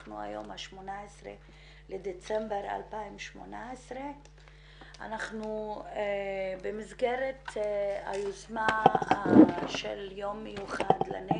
היום 18.12.2018. אנחנו במסגרת היוזמה של יום מיוחד לנגב,